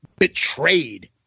Betrayed